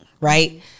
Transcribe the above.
right